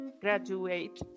graduate